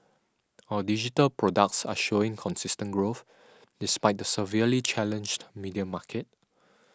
our digital products are showing consistent growth despite the severely challenged media market